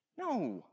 No